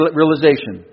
realization